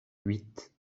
huit